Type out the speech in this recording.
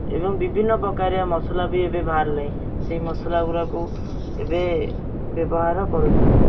ଏବଂ ବିଭିନ୍ନ ପ୍ରକାର ମସଲା ବି ଏବେ ବାହାରିଲାଣି ସେଇ ମସଲା ଗୁଡ଼ାକୁ ଏବେ ବ୍ୟବହାର କରୁଛନ୍ତି